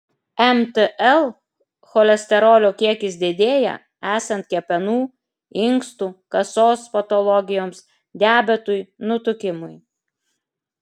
mtl cholesterolio kiekis didėja esant kepenų inkstų kasos patologijoms diabetui nutukimui